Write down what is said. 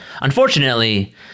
unfortunately